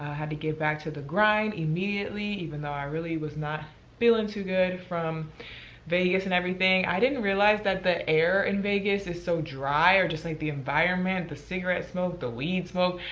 had to get back to the grind immediately, even though i really was not feeling too good from vegas and everything. i didn't realize that the air in vegas, is so dry or just like the environment, the cigarette smoke, the weed smoke.